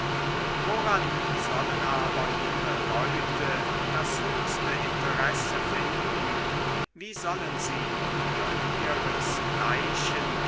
woran sollen aber junge leute das höchste interesse finden wie sollen sie unter ihresgleichen